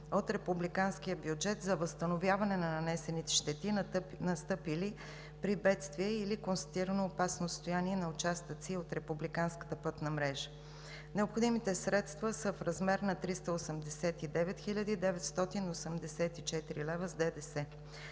от републиканския бюджет за възстановяване на нанесени щети, настъпили при бедствия или констатирано опасно състояние на участъци от републиканската пътна мрежа. Необходимите средства са в размер на 389 984,62 лв. с ДДС.